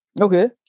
Okay